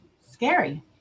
Scary